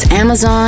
Amazon